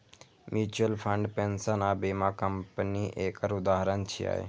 mutual fund, pension आ बीमा company एकर उदाहरण छियै